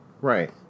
Right